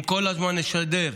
אם כל הזמן נשדר,